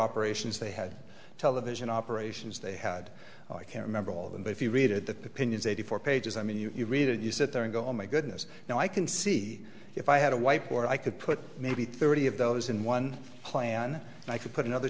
operations they had television operations they had i can't remember all of them but if you read it the pinions eighty four pages i mean you've read it you sit there and go oh my goodness now i can see if i had a white board i could put maybe thirty of those in one plan and i could put another